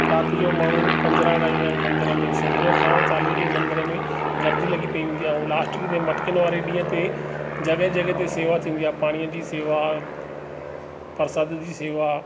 राति जो माण्हू पंजिड़ा गाईंदा आहिनि मंदर में सुबुह खां चालीहे जे मंदर में गर्दी लॻी पई हूंदी आहे ऐं लास्ट ॾींहं ते मटकिनि वारे ॾींहुं ते जॻहि जॻहि ते सेवा थींदी आहे पाणी जी सेवा परसाद जी सेवा